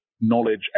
knowledge